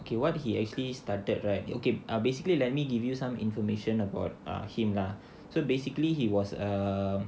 okay what he actually started right okay err basically let me give you some information about ah him lah so basically he was um